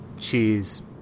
cheese